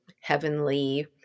heavenly